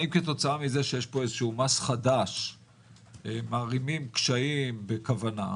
האם כתוצאה מזה שיש פה איזשהו מס חדש מערימים קשיים בכוונה,